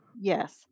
Yes